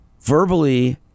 verbally